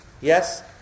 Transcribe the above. Yes